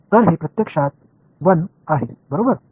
तर हे प्रत्यक्षात 1 आहे बरोबर